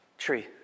tree